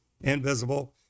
Invisible